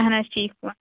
اہَن حظ ٹھیٖک پٲٹھۍ